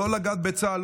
לא לגעת בצה"ל,